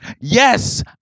Yes